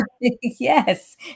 Yes